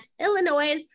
Illinois